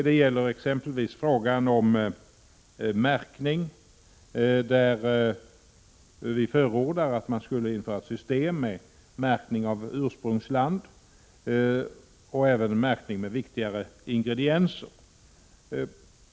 Det gäller exempelvis frågan om märkning, där vi förordar ett system med märkning av ursprungsland och även märkning med viktigare ingredienser.